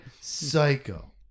Psycho